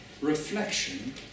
reflection